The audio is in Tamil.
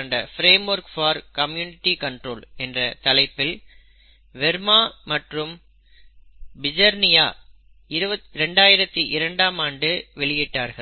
and framework for community control என்ற தலைப்பில் வெர்மா மற்றும் பிஜர்னியா 2002 ஆம் ஆண்டு வெளியிட்டார்கள்